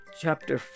Chapter